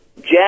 Jack